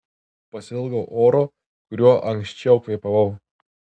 pasiilgau oro kuriuo anksčiau kvėpavau